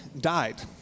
died